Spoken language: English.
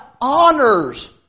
honors